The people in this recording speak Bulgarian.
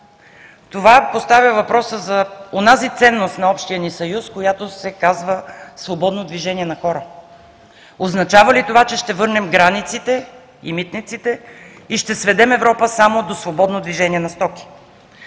Това поставя въпроса за онази ценност на общия ни съюз, която се казва „свободно движение на хора“. Означава ли това, че ще върнем границите и митниците и ще сведем Европа само до свободно движение на стоки?